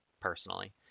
personally